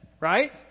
right